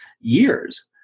years